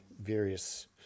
various